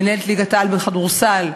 מינהלת ליגת-העל בכדורסל,